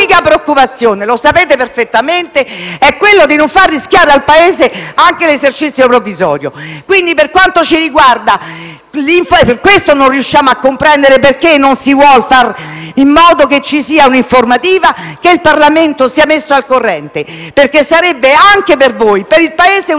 unica preoccupazione - lo sapete perfettamente - è quella di non far rischiare al Paese anche l'esercizio provvisorio, per questo non riusciamo a comprendere perché non si vuol far in modo che ci sia un'informativa e che il Parlamento sia messo al corrente. Tutto ciò rappresenterebbe anche per voi e per il Paese un elemento